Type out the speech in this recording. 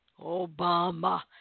Obama